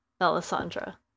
Alessandra